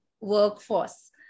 workforce